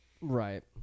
right